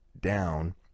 down